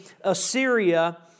Assyria